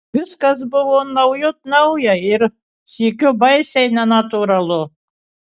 viskas buvo naujut nauja ir sykiu baisiai nenatūralu